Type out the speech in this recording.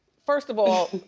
first of all,